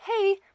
Hey